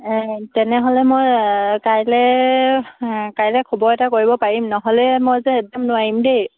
এ তেনেহ'লে মই কাইলৈ কাইলৈ খবৰ এটা কৰিব পাৰিম নহ'লে মই যে একদম নোৱাৰিম দেই